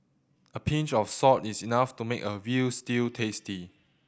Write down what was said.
a pinch of salt is enough to make a veal stew tasty